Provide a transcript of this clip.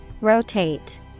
Rotate